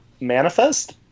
Manifest